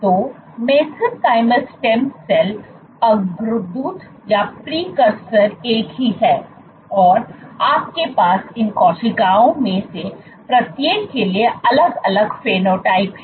तो mesenchymal stem cell अग्रदूतएक ही है और आपके पास इन कोशिकाओं में से प्रत्येक के लिए अलग अलग फेनोटाइप हैं